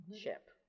ship